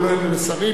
ולא לשרים,